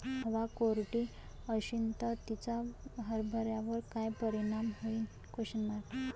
हवा कोरडी अशीन त तिचा हरभऱ्यावर काय परिणाम होईन?